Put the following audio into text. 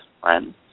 friends